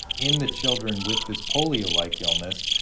in the children with this polio like illness,